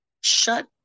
Shut